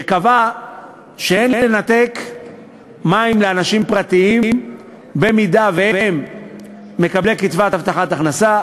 שקבעה שאין לנתק מים לאנשים פרטיים אם הם מקבלי קצבת הבטחת הכנסה,